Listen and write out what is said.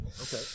Okay